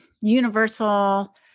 universal